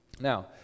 Now